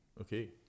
Okay